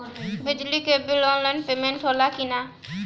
बिजली के bill online payment होला कि ना?